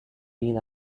been